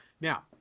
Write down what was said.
Now